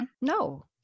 No